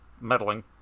meddling